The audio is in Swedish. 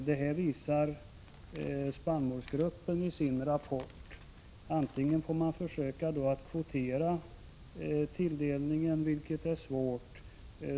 Detta visar spannmålsgruppen i sin rapport. Då får man försöka kvotera andelen, vilket är svårt.